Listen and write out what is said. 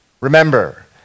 Remember